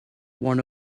one